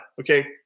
Okay